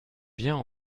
bien